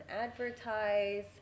advertise